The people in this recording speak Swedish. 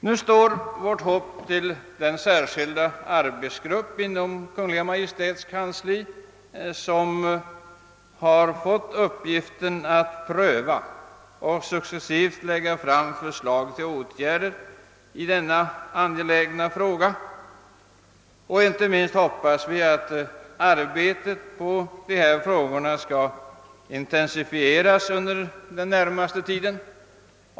Nu står vårt hopp till den särskilda arbetsgrupp inom Kungl. Maj:ts kansli som har fått i uppdrag att pröva denna angelägna fråga och att successivt lägga fram förslag till åtgärder. Inte minst hoppas vi att arbetet med dessa frågor skall intensifieras under den närmaste tiden.